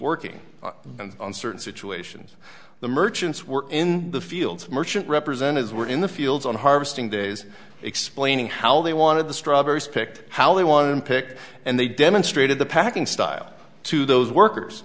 working and on certain situations the merchants were in the fields merchant represented as were in the fields on harvesting days explaining how they wanted the strawberries picked how they wanted him picked and they demonstrated the packing style to those workers